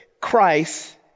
Christ